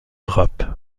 rap